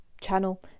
channel